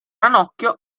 ranocchio